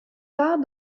tard